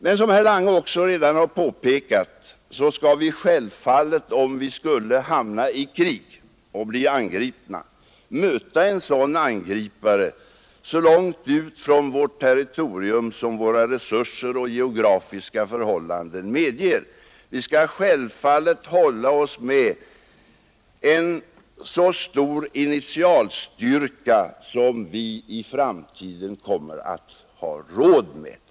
Men som herr Lange också redan har påpekat skall vi självfallet, om vi hamnar i krig och blir angripna, möta en angripare så långt ut från vårt territorium som våra resurser och geografiska förhållanden medger. Vi skall givetvis hålla oss med en så stor initialstyrka som vi i framtiden kommer att ha råd med.